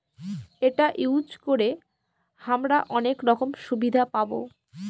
এটা ইউজ করে হামরা অনেক রকম সুবিধা পাবো